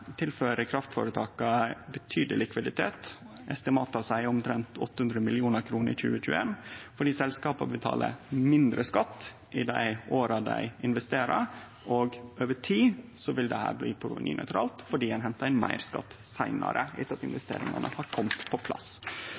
betydeleg likviditet – estimata seier omtrent 800 mill. kr i 2021 – fordi selskapa betaler mindre skatt i dei åra dei investerer, og over tid vil dette bli provenynøytralt fordi ein hentar inn meir skatt seinare, etter at investeringane har kome på plass.